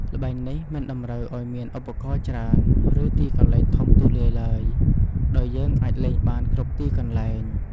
ល្បែងនេះមិនតម្រូវឱ្យមានឧបករណ៍ច្រើន ឬទីកន្លែងធំទូលាយឡើយ ដោយយើងអាចលេងបានគ្រប់ទីកន្លែង។